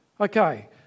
Okay